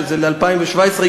ל-2017,